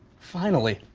finally.